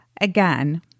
Again